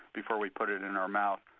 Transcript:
before we put it in our mouth.